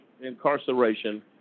incarceration –